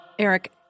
Eric